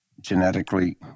genetically